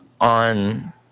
on